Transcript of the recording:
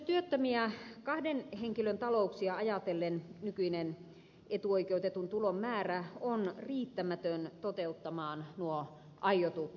myös työttömiä kahden henkilön talouksia ajatellen nykyinen etuoikeutetun tulon määrä on riittämätön toteuttamaan nuo aiotut vaikutukset